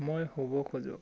মই শুব খোজোঁ